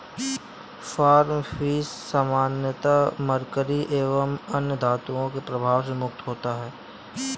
farm fish सामान्यतः mercury एवं अन्य धातुओं के प्रभाव से मुक्त होता है